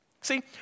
See